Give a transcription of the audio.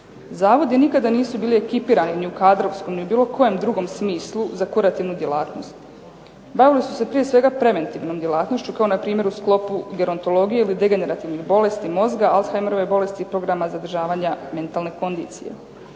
Zavodi nikada nisu bili ekipirani ni u kadrovskom ni u bilo kojem drugom smislu za kurativnu djelatnost. Bavili su se prije svega preventivnom djelatnošću kao npr. u sklopu gerontologije ili degenerativnih bolesti mozga, Alzheimerove bolesti i programa zadržavanja mentalne kondicije.